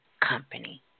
company